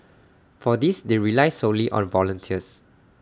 for this they rely solely on volunteers